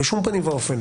בשום פנים ואופן.